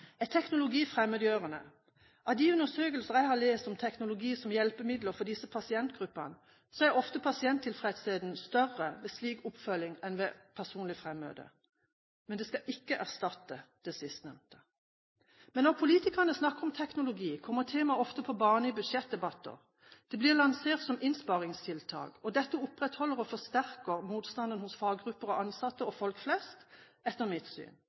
Er teknologi fremmedgjørende? Av de undersøkelser jeg har lest om teknologi som hjelpemiddel for disse pasientgruppene, er pasienttilfredsheten ofte større ved slik oppfølging enn ved personlig fremmøte, men det skal ikke erstatte det sistnevnte. Men når politikerne snakker om teknologi, kommer temaet ofte på banen i budsjettdebatter. Det blir lansert som innsparingstiltak. Etter mitt syn opprettholder og forsterker dette motstanden hos faggrupper, ansatte og folk flest